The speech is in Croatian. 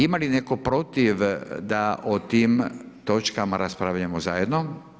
Ima li netko protiv da o tim točkama raspravljamo zajedno?